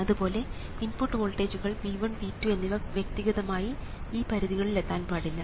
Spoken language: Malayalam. അതുപോലെ ഇൻപുട്ട് വോൾട്ടേജുകൾ V1 V2 എന്നിവ വ്യക്തിഗതമായി ഈ പരിധികളിൽ എത്താൻ പാടില്ല